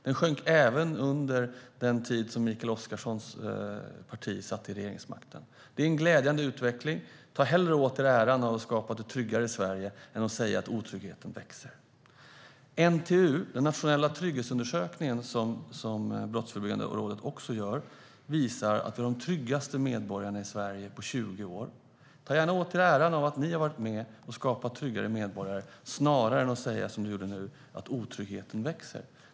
Den sjönk även under den tid som Mikael Oscarssons parti satt vid regeringsmakten. Det är en glädjande utveckling. Ta hellre åt er äran av att ha skapat ett tryggare Sverige än att säga att otryggheten växer! NTU, Nationella trygghetsundersökningen, som Brottsförebyggande rådet också gör, visar att vi har de tryggaste medborgarna i Sverige på 20 år. Ta gärna åt er äran av att ni har varit med och skapat tryggare medborgare snarare än att säga som Mikael Oscarsson gjorde nu, att otryggheten växer!